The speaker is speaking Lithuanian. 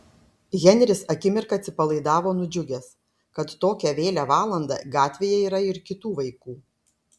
henris akimirką atsipalaidavo nudžiugęs kad tokią vėlią valandą gatvėje yra ir kitų vaikų